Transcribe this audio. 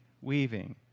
weaving